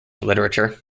literature